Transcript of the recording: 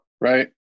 right